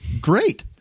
Great